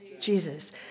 Jesus